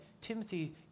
Timothy